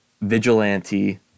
vigilante